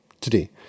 today